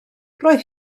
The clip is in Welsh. roedd